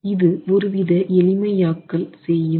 இது ஒருவித எளிமையாக்கல் செய்யும்